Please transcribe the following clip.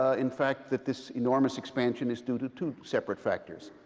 ah in fact, that this enormous expansion is due to two separate factors.